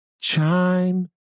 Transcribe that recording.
chime